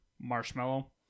Marshmallow